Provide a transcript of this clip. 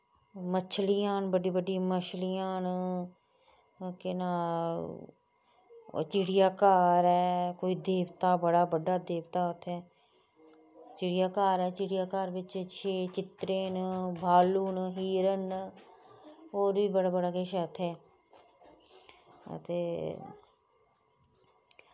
मछलियां न बड़ी बड्डिया मछलियां न केह् नां चिड़िया घर ऐ कोई देवता बड़ा बड्डा देवता उत्थै चिड़िया घर ऐ बिच छे चित्तरे न भालू न हरण न होर बी बड़ा बड़ा किश ऐ उत्थै अते